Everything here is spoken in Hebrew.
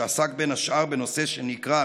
שעסק בין השאר בנושא שנקרא,